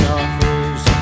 offers